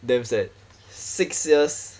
damn sad six years